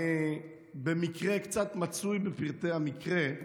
אני במקרה קצת מצוי בפרטי המקרה,